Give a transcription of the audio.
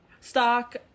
Stock